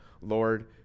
Lord